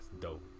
dope